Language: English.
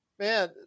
Man